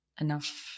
Enough